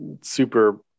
super